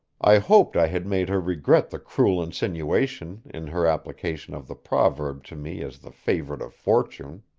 i hoped i had made her regret the cruel insinuation in her application of the proverb to me as the favorite of fortune.